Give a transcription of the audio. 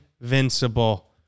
invincible